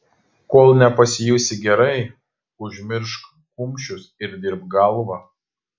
kol nepasijusi gerai užmiršk kumščius ir dirbk galva